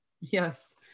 yes